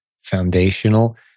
foundational